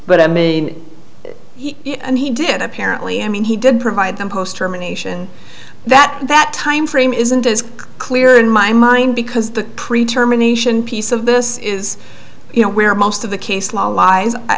but i mean and he did apparently i mean he did provide them post germination that that timeframe isn't as clear in my mind because the pre term anation piece of this is where most of the case law lies i